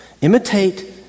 Imitate